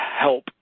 help